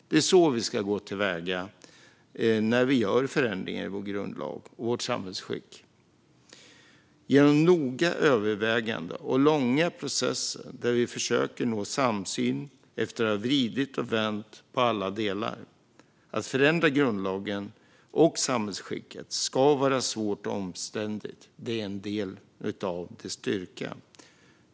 Det är på det sättet vi ska gå till väga när vi gör förändringar i vår grundlag och vårt samhällsskick, genom noga överväganden och långa processer där vi försöker nå samsyn efter att ha vridit och vänt på alla delar. Att förändra grundlagen och samhällsskicket ska vara svårt och omständligt. Det är en del av dess styrka.